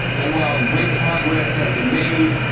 and while great progress has been made,